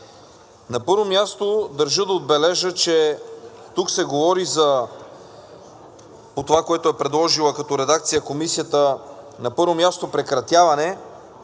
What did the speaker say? На първо място държа да отбележа, че тук се говори за това, което е предложила като редакция Комисията – на първо място, прекратяване